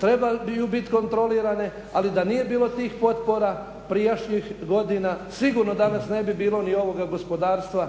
trebaju biti kontrolirane, ali da nije bilo tih potpora prijašnjih godina sigurno danas ne bi bilo ni ovoga gospodarstva